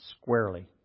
squarely